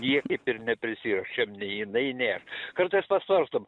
niekaip ir neprisiruošėm nei jinai nei aš kartais pasvarstom